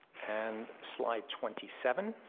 and slide twenty seven,